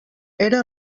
era